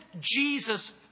Jesus